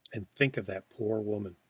and think of that poor woman!